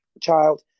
child